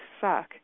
suck